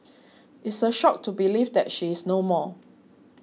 it's a shock to believe that she is no more